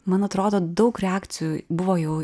man atrodo daug reakcijų buvo jau